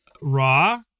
Raw